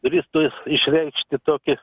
drįstu išreikšti tokį